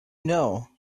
know